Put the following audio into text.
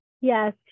Yes